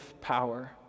power